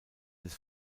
des